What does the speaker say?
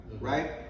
right